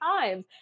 times